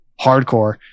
hardcore